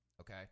Okay